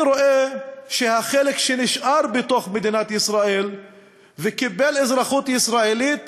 אני רואה שהחלק שנשאר בתוך מדינת ישראל וקיבל אזרחות ישראלית